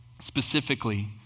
specifically